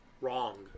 Wrong